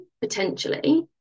potentially